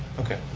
okay.